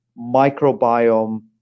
microbiome